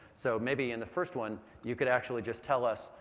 so maybe in the first one, you can actually just tell us,